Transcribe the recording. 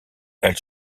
elle